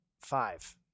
Five